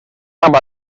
cap